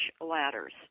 ladders